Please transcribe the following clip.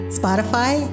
spotify